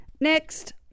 Next